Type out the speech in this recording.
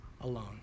alone